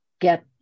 get